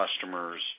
customers